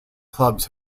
clubs